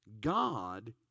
God